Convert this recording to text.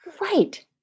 Right